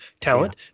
talent